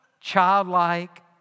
childlike